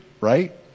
right